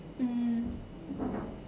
mm